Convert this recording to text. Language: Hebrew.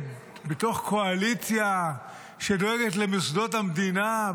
בתוך קואליציה שדואגת למוסדות המדינה,